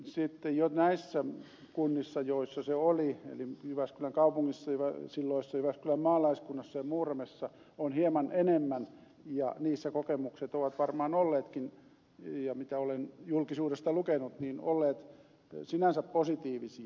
sitten jo näissä kunnissa joissa se oli eli jyväskylän kaupungissa ja silloisessa jyväskylän maalaiskunnassa ja muuramessa on hieman enemmän ja niissä kokemukset ovat varmaan olleetkin mitä olen julkisuudesta lukenut sinänsä positiivisia